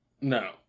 No